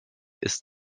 ist